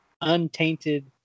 Untainted